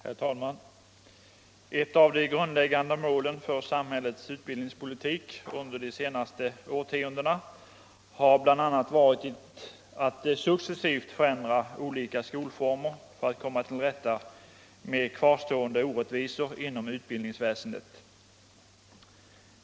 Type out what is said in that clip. Herr talman! Ett av de grundläggande målen för samhällets utbildningspolitik under de senaste årtiondena har varit att successivt förändra olika skolformer för att komma till rätta med kvarstående orättvisor inom utbildningsväsendet.